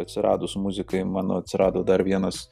atsiradus muzikai mano atsirado dar vienas